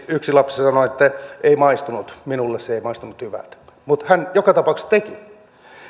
yksi lapsi sanoo että ei maistunut minulle se ei maistunut hyvältä mutta hän joka tapauksessa teki sen